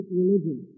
religion